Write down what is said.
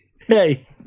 hey